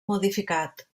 modificat